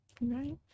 right